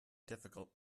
difficult